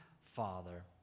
Father